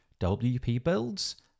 WPBuilds